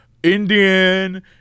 Indian